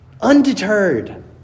undeterred